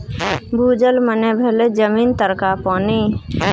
भूजल मने भेलै जमीन तरका पानि